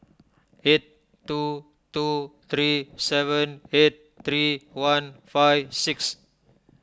eight two two three seven eight three one five six